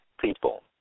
people